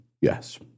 Yes